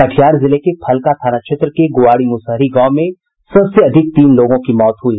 कटिहार जिले के फलका थाना क्षेत्र के गुआड़ी मुसहरी गांव में सबसे अधिक तीन लोगों की मौत हुई